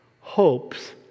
hopes